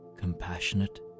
Compassionate